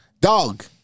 Dog